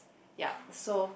yup so